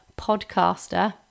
podcaster